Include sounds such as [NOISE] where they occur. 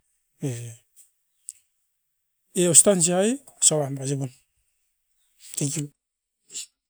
E, e ostan osa ai, osoam pasibun. [UNINTELLIGIBLE]